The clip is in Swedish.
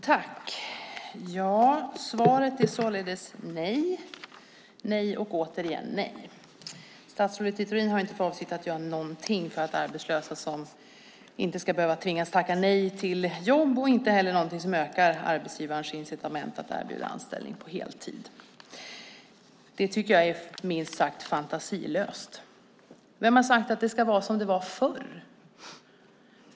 Herr talman! Svaret är således nej, nej och åter nej. Statsrådet Littorin har inte för avsikt att göra någonting för att arbetslösa inte ska behöva tvingas tacka nej till jobb och inte heller något som ökar arbetsgivarens incitament att erbjuda anställning på heltid. Det tycker jag är minst sagt fantasilöst. Vem har sagt att det ska vara som det var förr?